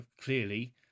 clearly